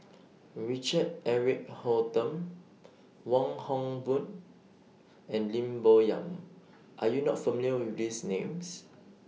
Richard Eric Holttum Wong Hock Boon and Lim Bo Yam Are YOU not familiar with These Names